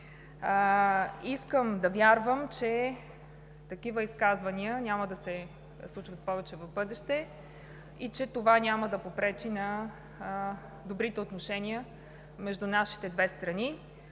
Искам да вярвам, че такива изказвания няма да се случват повече в бъдеще и че това няма да попречи на добрите отношения между нашите две страни.